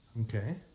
okay